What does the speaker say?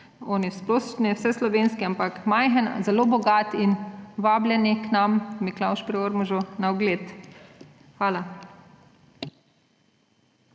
tisti splošni vseslovenski, ampak majhen, zelo bogat in vabljeni k nam v Miklavž pri Ormožu na ogled. Hvala.